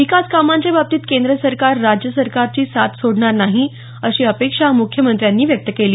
विकास कामांच्या बाबतीत केंद्र सरकार राज्य सरकारची साथ सोडणार नाही अशी अपेक्षा मुख्यमंत्र्यांनी व्यक्त केली